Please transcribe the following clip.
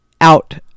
out